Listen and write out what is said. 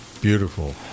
Beautiful